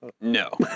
No